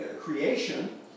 creation